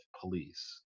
police